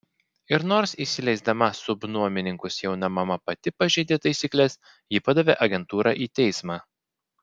ir nors įsileisdama subnuomininkus jauna mama pati pažeidė taisykles ji padavė agentūrą į teismą